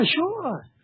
sure